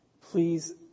please